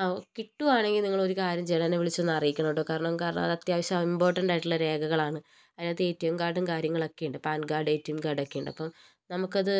ആ ഓ കിട്ടുവാണെങ്കിൽ നിങ്ങളൊരു കാര്യം ചെയ്യണം എന്നെ വിളിച്ചൊന്നു അറിയിക്കണട്ടോ കാരണം കാരണം അത് അത്യാവശ്യം ഇമ്പോർട്ടൻ്റായിട്ടുള്ള രേഖകളാണ് അതിനകത്തു എ റ്റി എം കാർഡും കാര്യങ്ങളൊക്കെയുണ്ട് PAN card A T M കാർഡൊക്കെയുണ്ട് അപ്പം നമുക്കത്